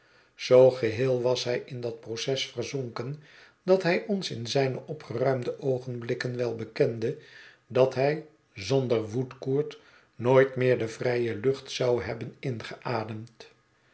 zoo geheel was hij in dat proces verzonken dat hij ons in zijne opgeruimde oogenblikken wel bekende dat hij zonder woodcourt nooit meer de vrije lucht zou hebben ingeademd